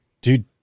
dude